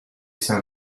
c’est